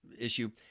issue